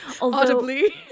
audibly